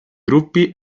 gruppi